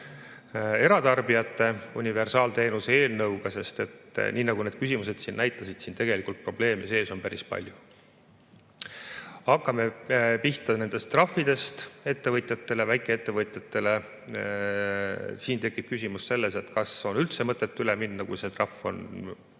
eratarbijate universaalteenuse eelnõuga, sest nii nagu küsimused näitasid, tegelikult on probleeme päris palju. Hakkame pihta nendest trahvidest ettevõtjatele, väikeettevõtjatele. Siin tekib küsimus, kas on üldse mõtet üle minna, kui see trahv on